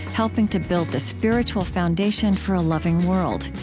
helping to build the spiritual foundation for a loving world.